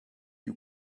you